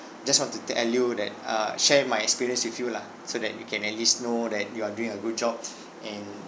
just want to tell you that uh share my experience with you lah so that you can at least know that you are doing a good job and